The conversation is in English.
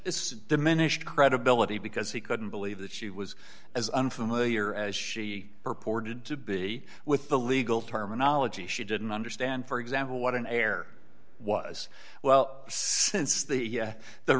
it's diminished credibility because he couldn't believe that she was as unfamiliar as she purported to be with the legal terminology she didn't understand for example what an error was well since the